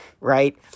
Right